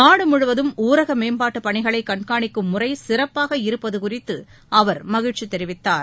நாடு முழுவதும் ஊரக மேம்பாட்டு பணிகளை கண்காணிக்கும் முறை சிறப்பாகஇருப்பது குறித்து அவர் மகிழ்ச்சி கூறினார்